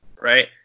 right